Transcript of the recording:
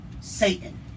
Satan